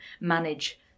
manage